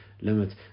Limit